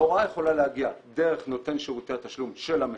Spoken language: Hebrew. ההוראה יכולה להגיע דרך נותן שירותי התשלום של המשלם,